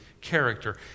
character